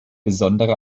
besondere